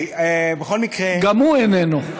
גם הוא איננו.